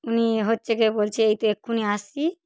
উনি হচ্ছে গিয়ে বলছে এই তো এক্ষুনি আসছি